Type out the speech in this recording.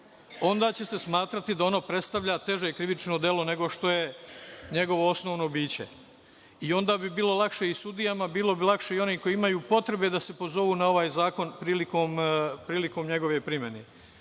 onda će se smatrati da ono predstavlja teže krivično delo nego što je njegovo osnovno biće. Onda bi bilo lakše i sudijama, bilo bi lakše i onima koji imaju potrebe da se pozovu na ovaj zakon prilikom njegove primene.